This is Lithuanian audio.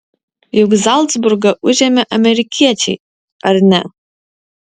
juk zalcburgą užėmė amerikiečiai ar ne